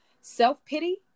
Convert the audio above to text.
self-pity